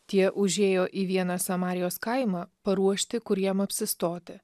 tie užėjo į vieną samarijos kaimą paruošti kur jiem apsistoti